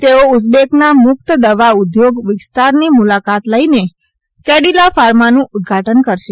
તેઓ ઉઝબેકના મુકત દવાઉદ્યોગ વિસ્તારની મુલાકાત લઇને કેડિલા ફાર્માનું ઉદઘાટન કરશે